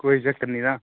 कोई चक्कर निं यरा